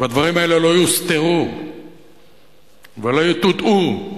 והדברים האלה לא יוסתרו ולא יטואטאו,